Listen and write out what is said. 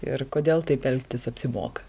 ir kodėl taip elgtis apsimoka